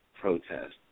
protest